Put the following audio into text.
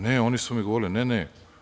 Ne, oni su mi govorili – ne, ne.